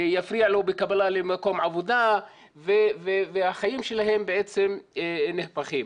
זה יפריע לו בקבלה למקום עבודה והחיים שלהם בעצם נהפכים.